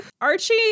Archie